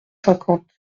cinquante